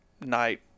night